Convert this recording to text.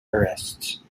arrests